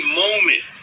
moment